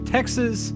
Texas